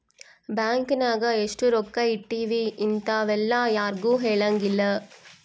bank ನಾಗ ಎಷ್ಟ ರೊಕ್ಕ ಇಟ್ತೀವಿ ಇಂತವೆಲ್ಲ ಯಾರ್ಗು ಹೆಲಂಗಿಲ್ಲ